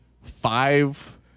Five